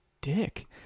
dick